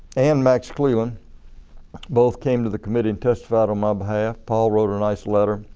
and max cleland both came to the committee and testified on my behalf. paul wrote a nice letter,